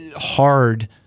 hard